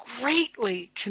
greatly